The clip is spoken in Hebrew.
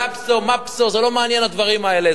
גפסו, מפסו, זה לא מעניין הדברים האלה.